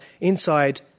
inside